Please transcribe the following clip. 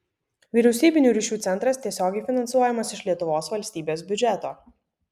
vyriausybinių ryšių centras tiesiogiai finansuojamas iš lietuvos valstybės biudžeto